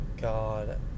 God